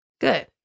Good